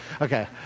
Okay